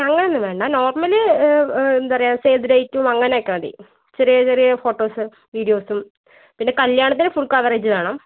അങ്ങനെയൊന്നും വേണ്ട നോർമലി എന്താണ് പറയുക സേവ് ദി ഡേറ്റും അങ്ങനെയൊക്കെ മതി ചെറിയ ചെറിയ ഫോട്ടോസ് വിഡിയോസും പിന്നെ കല്യാണത്തിന് ഫുൾ കവറേജ് വേണം